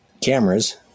cameras